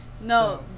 No